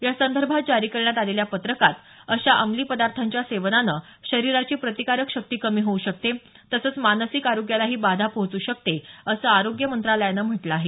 यासंदर्भात जारी करण्यात आलेल्या पत्रकात अशा अंमली पदार्थांच्या सेवनानं शरीराची प्रतिकारक शक्ती कमी होऊ शकते तसंच मानसिक आरोग्यालाही बाधा पोहोच् शकते असं आरोग्य मंत्रालयानं म्हटलं आहे